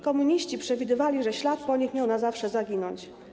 Komuniści przewidywali, że ślad po nich miał na zawsze zaginąć.